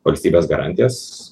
valstybės garantijas